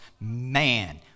man